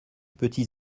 petits